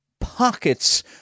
pockets